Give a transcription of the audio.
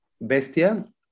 Bestia